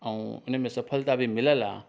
ऐं इनमें सफलता बि मिलियल आहे